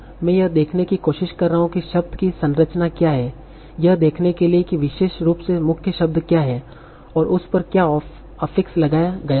मैं यह देखने की कोशिश कर रहा हूं कि शब्द की संरचना क्या है यह देखने के लिए है कि विशेष रूप से मुख्य शब्द क्या है और उस पर क्या अफिक्स लगाया गया है